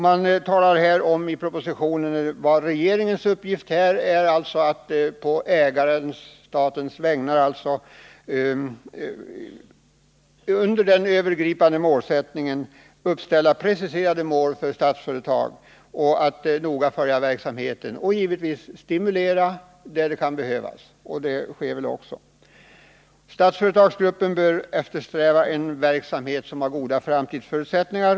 Man talar om vilken regeringens uppgift är, nämligen att på ägarens-statens vägnar under den övergripande målsättningen uppställa preciserade mål för Statsföretag och noga följa verksamheten samt givetvis stimulera där det kan behövas. Statsföretagsgruppen bör eftersträva en verksamhet, som har goda framtidsförutsättningar.